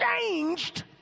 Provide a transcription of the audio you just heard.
changed